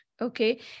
Okay